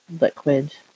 liquid